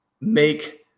make